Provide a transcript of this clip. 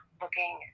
looking